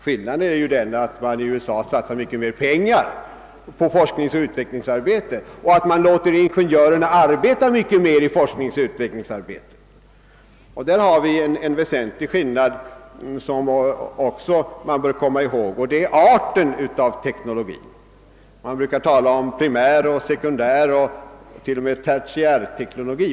Skillnaden är den att man i USA satsar mycket mer pengar på forskningsoch utvecklingsarbete och att man låter ingenjörerna mycket mer syssla med sådant arbete. Dessutom finns det en väsentlig skillnad som vi också bör komma ihåg, nämligen arten av teknologi. Man brukar tala om primär, sekundär och t.o.m. tertiär teknologi.